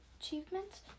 Achievements